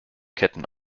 ketten